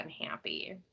unhappy